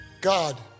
God